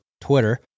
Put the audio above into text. Twitter